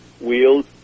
wheels